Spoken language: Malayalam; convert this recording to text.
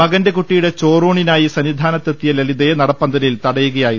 മകന്റെ കുട്ടിയുടെ ചോറൂണിനായി സന്നിധാനത്ത് എത്തിയ ലളിതയെ നടപ്പന്തലിൽ തടയുകയായിരുന്നു